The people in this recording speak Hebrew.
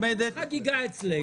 אין שום חגיגה אצלנו,